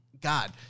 God